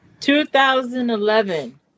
2011